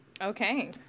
Okay